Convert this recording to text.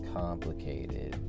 complicated